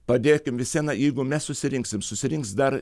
padėkim vis viena jeigu mes susirinksim susirinks dar